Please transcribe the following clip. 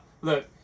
Look